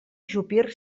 ajupir